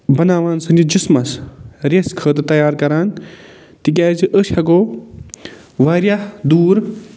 بناوان سٲنِس جِسمَس ریسہِ خٲطرٕ تیار کران تِکیٛازِ أسۍ ہٮ۪کَو واریاہ دوٗر